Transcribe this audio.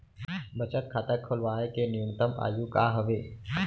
बचत खाता खोलवाय के न्यूनतम आयु का हवे?